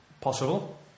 Possible